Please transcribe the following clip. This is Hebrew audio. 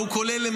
והוא כולל,